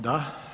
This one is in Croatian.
Da.